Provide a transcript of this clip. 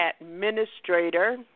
Administrator